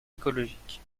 écologique